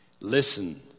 Listen